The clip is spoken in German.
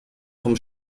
vom